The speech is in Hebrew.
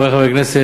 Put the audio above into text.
חברי חברי הכנסת,